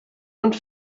und